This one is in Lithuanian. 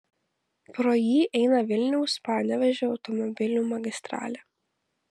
pro jį eina vilniaus panevėžio automobilių magistralė